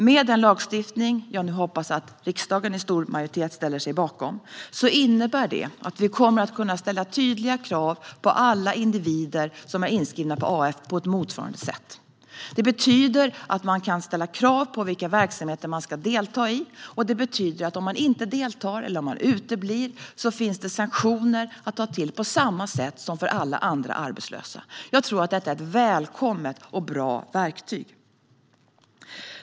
Med den lagstiftning som jag hoppas att riksdagen med stor majoritet nu ställer sig bakom innebär det att vi kommer att kunna ställa tydliga krav på alla individer som är inskrivna på Arbetsförmedlingen på motsvarande sätt. Det betyder att man kan ställa krav på vilka verksamheter människor ska delta i, och det betyder också att om någon inte deltar eller uteblir finns det sanktioner att ta till på samma sätt som för alla andra arbetslösa. Jag tror att detta är ett välkommet och bra verktyg.